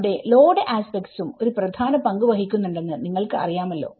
അവിടെ ലോഡ് ആസ്പെക്ടസുംഒരു പ്രധാന പങ്ക് വഹിക്കുന്നുണ്ടെന്ന് നിങ്ങൾക്ക് അറിയാമല്ലോ